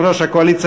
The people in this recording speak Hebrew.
יושב-ראש הקואליציה,